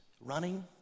running